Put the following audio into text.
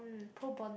pro bono